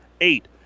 eight